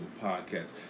podcasts